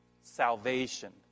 salvation